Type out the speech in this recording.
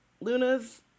luna's